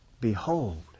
behold